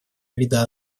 вида